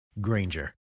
Granger